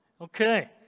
Okay